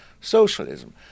socialism